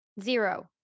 Zero